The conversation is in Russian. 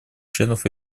членов